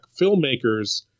filmmakers